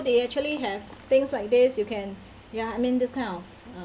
they actually have things like this you can ya I mean this kind of uh